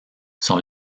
sont